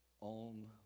on